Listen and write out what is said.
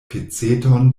peceton